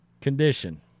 condition